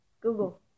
Google